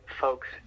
folks